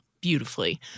beautifully